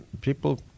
People